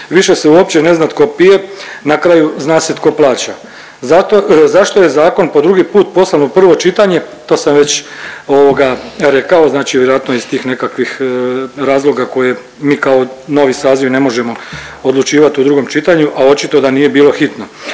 Više se uopće ne zna tko pije, na kraju zna se tko plaća. Zašto je zakon po drugi put poslan u prvo čitanje to sam već rekao, znači vjerojatno iz tih nekakvih razloga koje mi kao novi saziv ne možemo odlučivati u drugom čitanju, a očito da nije bilo hitno.